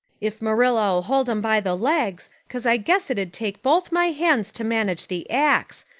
if marilla'll hold them by the legs, cause i guess it'd take both my hands to manage the axe.